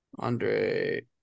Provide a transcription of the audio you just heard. Andre